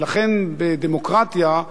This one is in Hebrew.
ולכן בדמוקרטיה,